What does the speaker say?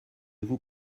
vous